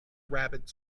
rabbit